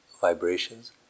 vibrations